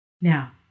Now